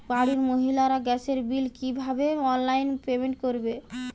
বাড়ির মহিলারা গ্যাসের বিল কি ভাবে অনলাইন পেমেন্ট করবে?